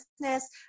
business